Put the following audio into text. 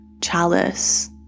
chalice